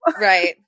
Right